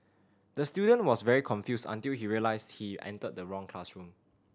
the student was very confused until he realised he entered the wrong classroom